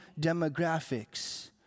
demographics